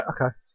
okay